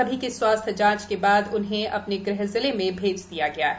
सभी की स्वास्थ्य जांच के बाद उन्हें अपने गृह जिले में भेज दिया गया है